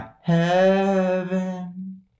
Heaven